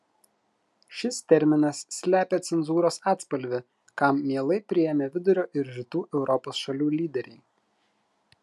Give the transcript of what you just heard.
šis terminas slepia cenzūros atspalvį kam mielai priėmė vidurio ir rytų europos šalių lyderiai